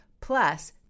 plus